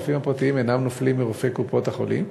הרופאים הפרטיים אינם נופלים מרופאי קופות-החולים,